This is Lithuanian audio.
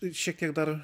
tai šiek tiek dar